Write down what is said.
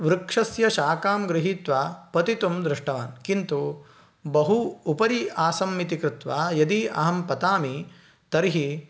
वृक्षस्य शाकां गृहीत्वा पतितुं दृष्टवान् किन्तु बहु उपरि आसम् इति कृत्वा यदि अहं पतामि तर्हि